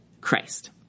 Christ